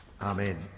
Amen